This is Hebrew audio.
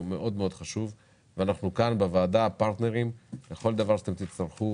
ואנחנו כאן בוועדה פרטנרים לכל דבר שתצטרכו